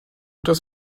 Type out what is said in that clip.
das